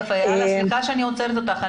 סליחה שאני עוצרת אותך.